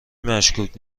مشکوک